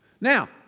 Now